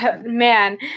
Man